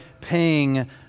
paying